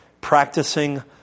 practicing